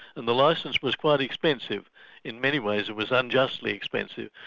and the licence was quite expensive in many ways it was unjustly expensive,